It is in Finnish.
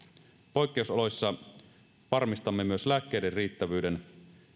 poikkeusoloissa varmistamme myös lääkkeiden riittävyyden